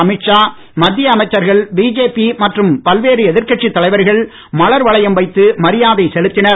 அமித்ஷா மத்திய அமைச்சர்கள் பிஜேபி மற்றும் பல்வேறு எதிர்கட்சித் தலைவர்கள் மலர் வளையம் வைத்து மரியாதை செலுத்தினர்